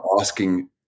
asking